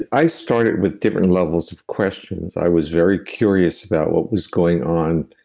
i started with different levels of questions. i was very curious about what was going on